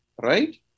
right